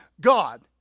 God